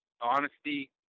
honesty